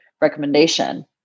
recommendation